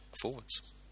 forwards